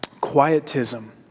quietism